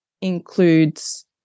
includes